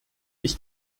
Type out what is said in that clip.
ich